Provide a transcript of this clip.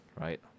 right